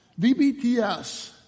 VBTS